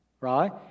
right